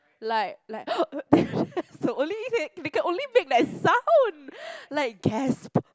like like only they they can only make that sound like gasp